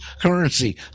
currency